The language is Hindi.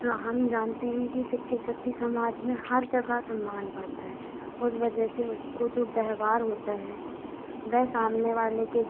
हाँ हम जानते हैं कि सिक्षित व्यक्ति समाज में हर जगह सम्मान पाते हैं उस वजह से उसको जो व्यवहार होता है वह सामने वाले के